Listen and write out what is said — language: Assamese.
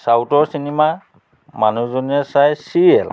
ছাউথৰ চিনেমা মানুহজনীয়ে চাই ছিৰিয়েল